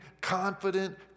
confident